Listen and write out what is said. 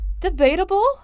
debatable